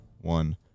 one